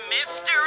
mystery